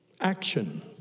Action